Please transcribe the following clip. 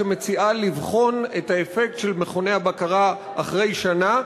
שמציעה לבחון את האפקט של מכוני הבקרה אחרי שנה,